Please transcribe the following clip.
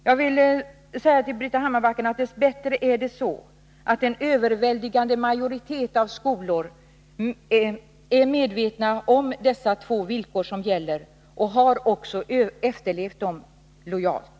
Jag vill säga till Brita Hammarbacken: Dess bättre är en överväldigande majoritet av skolorna medvetna om dessa två villkor som gäller och har också efterlevt dem lojalt.